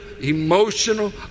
emotional